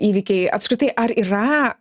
įvykiai apskritai ar yra